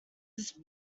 his